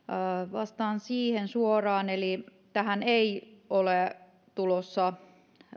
vastaan siihen suoraan eli tähän ei ole tulossa